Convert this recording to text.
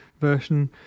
version